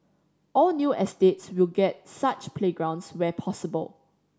all new estates will get such playgrounds where possible